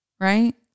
right